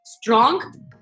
strong